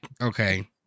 Okay